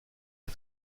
les